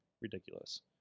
ridiculous